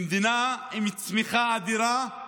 ממדינה עם צמיחה אדירה היא